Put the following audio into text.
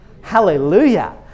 hallelujah